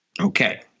Okay